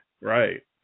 Right